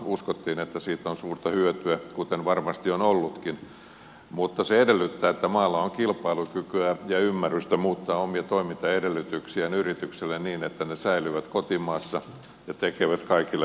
uskottiin että siitä on suurta hyötyä kuten varmasti on ollutkin mutta se edellyttää että maalla on kilpailukykyä ja ymmärrystä muuttaa omia toimintaedellytyksiään yrityksille niin että ne säilyvät kotimaassa ja tekevät meille kaikille hyvää